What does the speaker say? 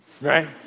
right